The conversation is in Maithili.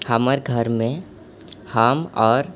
हमर घरमे हम आओर